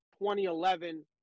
2011